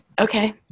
okay